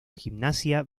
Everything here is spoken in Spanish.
gimnasia